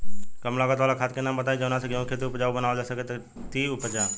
कम लागत वाला खाद के नाम बताई जवना से गेहूं के खेती उपजाऊ बनावल जा सके ती उपजा?